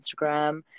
Instagram